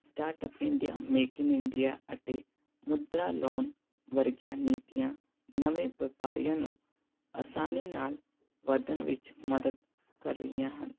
startup India make in India ਅਤੇ Mudra loan ਵਰਗੀਆ ਨੀਤੀਆਂ ਨਵੇਂ ਵਪਾਰੀਆਂ ਨੂੰ ਆਸਾਨੀ ਨਾਲ ਵਧਣ ਵਿੱਚ ਮਦਦ ਕਰ ਰਹੀਆਂ ਹਨ